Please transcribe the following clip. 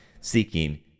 seeking